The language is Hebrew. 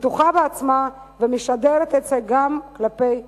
בטוחה בעצמה ומשדרת את זה גם כלפי חוץ.